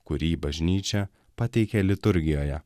kurį bažnyčia pateikia liturgijoje